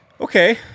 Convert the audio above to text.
Okay